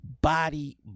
Body